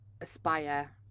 aspire